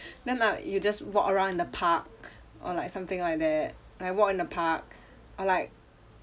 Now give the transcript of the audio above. then like you just walk around in the park or like something like that like walk in the park or like